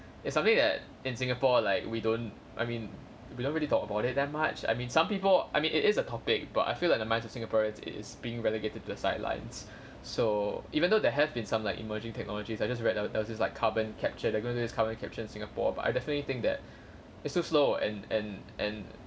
it's something that in singapore like we don't I mean we don't really talk about it that much I mean some people I mean it it's a topic but I feel like the minds of singaporeans is being relegated to the sidelines so even though there have been some like emerging technologies I just read the there was this like carbon capture they're gonna use carbon capture in singapore but I definitely think that it's so slow and and and